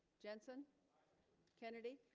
jensen kennedy